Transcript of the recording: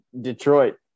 detroit